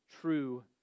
true